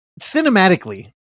Cinematically